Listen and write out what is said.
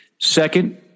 Second